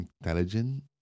intelligent